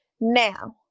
now